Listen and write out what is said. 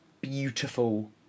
beautiful